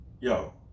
Yo